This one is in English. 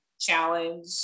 challenge